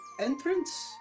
entrance